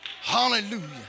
hallelujah